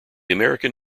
american